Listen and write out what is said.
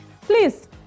please